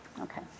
Okay